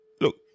look